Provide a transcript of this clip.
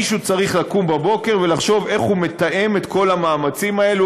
ומישהו צריך לקום בבוקר ולחשוב איך הוא מתאם את כל המאמצים האלה,